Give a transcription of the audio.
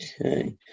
Okay